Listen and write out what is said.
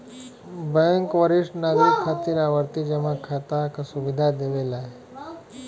bank वरिष्ठ नागरिक खातिर आवर्ती जमा खाता क सुविधा देवला